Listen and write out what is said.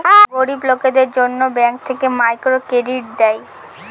গরিব লোকদের জন্য ব্যাঙ্ক থেকে মাইক্রো ক্রেডিট দেয়